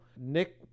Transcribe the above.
Nick